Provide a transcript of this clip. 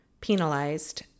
Penalized